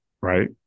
Right